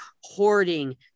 hoarding